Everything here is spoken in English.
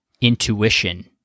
intuition